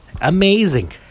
amazing